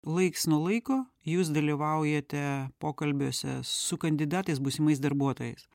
laiks nuo laiko jūs dalyvaujate pokalbiuose su kandidatais būsimais darbuotojais